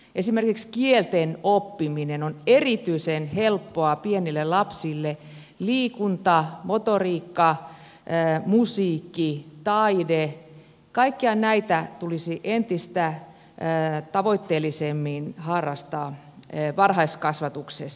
esimerkiksi kielten oppiminen on erityisen helppoa pienille lapsille ja liikunta motoriikka musiikki taide kaikkia näitä tulisi entistä tavoitteellisemmin harrastaa varhaiskasvatuksessa